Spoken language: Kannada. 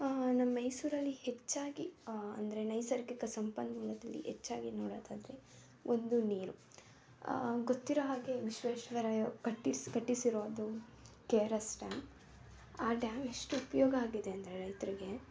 ನಾನು ಮೈಸೂರಲ್ಲಿ ಹೆಚ್ಚಾಗಿ ಅಂದರೆ ನೈಸರ್ಗಿಕ ಸಂಪನ್ಮೂಲದಲ್ಲಿ ಹೆಚ್ಚಾಗಿ ನೋಡೋದಾದ್ರೆ ಒಂದು ನೀರು ಗೊತ್ತಿರೋ ಹಾಗೆ ವಿಶ್ವೇಶ್ವರಯ್ಯ ಕಟ್ಟಿಸಿ ಕಟ್ಟಿಸಿರುವ ಒಂದು ಕೆ ಆರ್ ಎಸ್ ಡ್ಯಾಮ್ ಆ ಡ್ಯಾಮ್ ಎಷ್ಟು ಉಪಯೋಗ ಆಗಿದೆ ಅಂದರೆ ರೈತರಿಗೆ